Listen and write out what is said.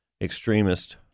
extremist